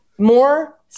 More